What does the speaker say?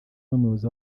n’umuyobozi